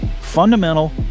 fundamental